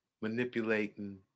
manipulating